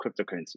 cryptocurrency